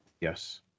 Yes